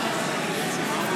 לרדת?